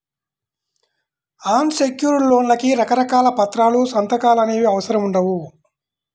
అన్ secured లోన్లకి రకరకాల పత్రాలు, సంతకాలు అనేవి అవసరం ఉండవు